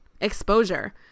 exposure